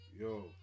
yo